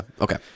Okay